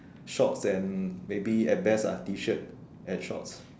shorts and maybe at best ah tee shirt and shorts